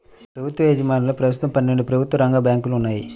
ప్రభుత్వ యాజమాన్యంలో ప్రస్తుతం పన్నెండు ప్రభుత్వ రంగ బ్యాంకులు ఉన్నాయి